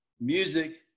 music